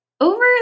Over